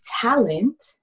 talent